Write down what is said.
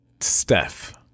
Steph